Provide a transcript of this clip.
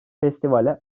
festivale